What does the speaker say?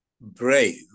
brave